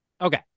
Okay